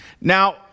Now